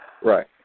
Right